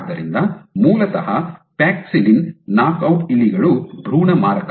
ಆದ್ದರಿಂದ ಮೂಲತಃ paxillin knock out ಇಲಿಗಳು ಭ್ರೂಣ ಮಾರಕ